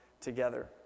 together